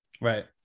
Right